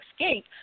escape